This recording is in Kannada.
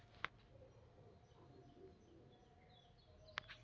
ಉಪ್ಪನೇರು ಅತ್ವಾ ಸಮುದ್ರದ ನಿರ್ನ್ಯಾಗ್ ಸಿಗೋ ಮೇನಗಳಿಗೆ ಮರಿನ್ ಫಿಶ್ ಅಂತ ಕರೇತಾರ